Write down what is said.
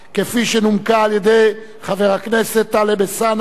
כפי שנומקה על-ידי חבר הכנסת טלב אלסאנע.